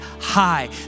high